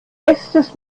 bestes